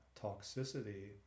toxicity